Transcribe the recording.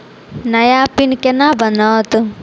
नया पिन केना बनत?